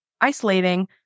isolating